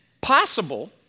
possible